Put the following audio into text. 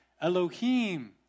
Elohim